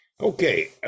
Okay